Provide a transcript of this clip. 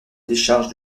décharge